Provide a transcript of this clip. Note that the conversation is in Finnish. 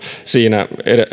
siinä